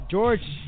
George